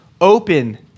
open